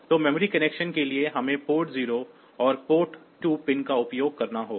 तो memory connection के लिए हमें पोर्ट 0 और पोर्ट 2 पिन का उपयोग करना होगा